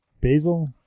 basil